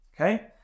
Okay